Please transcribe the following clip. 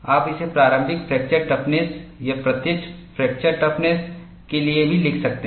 आप इसे प्रारंभिक फ्रैक्चर टफनेस या प्रत्यक्ष फ्रैक्चर टफनेस के लिए भी लिख सकते हैं